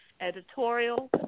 editorial